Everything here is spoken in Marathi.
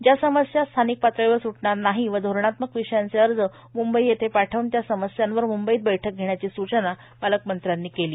ज्या समस्या स्थानिक पातळीवर सूटणार नाही आणि धोरणात्मक विषयांचे अर्ज मूंबई येथे पाठवून त्या समस्यांवर मंबईत बैठक घेण्याची सुचना पालकमंत्र्यांनी केली